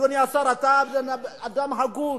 אדוני השר, אתה אדם הגון,